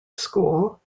school